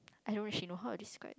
I don't really she know how to describe